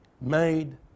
made